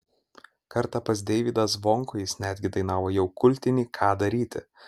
kartą pas deivydą zvonkų jis netgi dainavo jau kultinį ką daryti